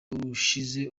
ushize